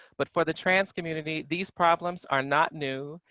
but for the trans community, these problems are not new,